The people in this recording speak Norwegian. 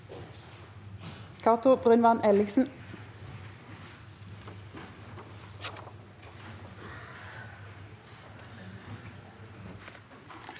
Cato Brunvand Ellingsen